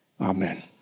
Amen